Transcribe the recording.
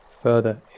further